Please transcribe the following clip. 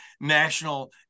National